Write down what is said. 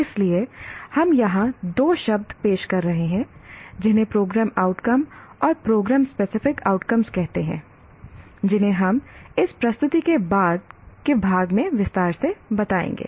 इसलिए हम यहां दो शब्द पेश कर रहे हैं जिन्हें प्रोग्राम आउटकम और प्रोग्राम स्पेसिफिक आउटकम कहते हैं जिन्हें हम इस प्रस्तुति के बाद के भाग में विस्तार से बताएंगे